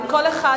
ואם כל אחד,